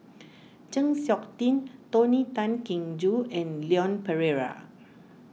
Chng Seok Tin Tony Tan Keng Joo and Leon Perera